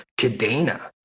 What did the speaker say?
Cadena